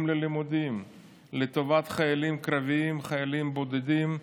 ללימודים לטובת חיילים קרביים וחיילים בודדים,